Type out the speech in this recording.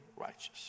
righteous